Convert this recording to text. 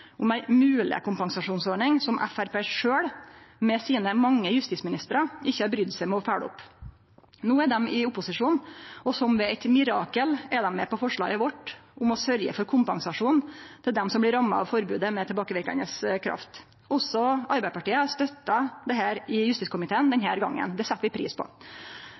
om ei mogleg kompensasjonsordning som Framstegspartiet sjølv, med sine mange justisministrar, ikkje har brydd seg med å følgje opp. No er dei i opposisjon, og som ved eit mirakel er dei med på forslaget vårt om å sørgje for kompensasjon til dei som blir ramma av forbodet med tilbakeverkande kraft. Også Arbeidarpartiet har støtta dette i justiskomiteen denne gongen. Det set vi pris på.